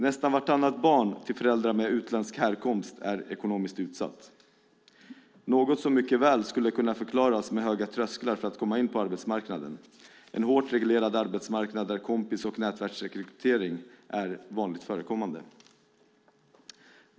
Nästan vartannat barn till föräldrar med utländsk härkomst är ekonomiskt utsatt, något som mycket väl skulle kunna förklaras med höga trösklar för att komma in på arbetsmarknaden, en hårt reglerad arbetsmarknad där kompis och nätverksrekrytering är vanligt förekommande.